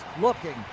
Looking